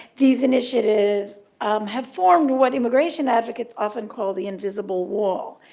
these initiatives have formed what immigration advocates often call the invisible wall.